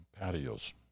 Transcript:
patios